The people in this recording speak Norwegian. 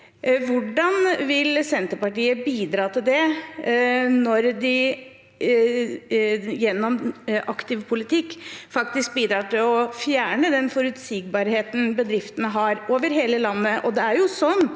Hvordan vil Senterpartiet bidra til det, når de gjennom aktiv politikk faktisk bidrar til å fjerne den forutsigbarheten bedriftene over hele landet